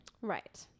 Right